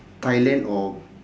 thailand or